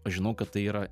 aš žinau kad tai yra